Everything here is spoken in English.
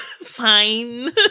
fine